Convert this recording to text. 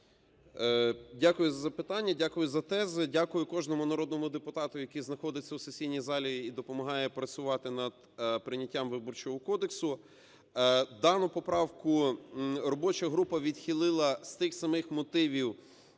Дякую за запитання. Дякую за тези, дякую кожному народному депутату, який знаходиться у сесійній залі і допомагає працювати над прийняттям Виборчого кодексу. Дану поправку робоча група відхилила з тих самих мотивів,